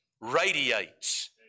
radiates